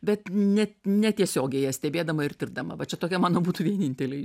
bet ne ne tiesiogiai jas stebėdama ir tirdama va čia tokie mano būtų vieninteliai